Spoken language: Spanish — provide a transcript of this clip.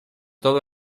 todo